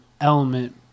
element